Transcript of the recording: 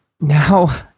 now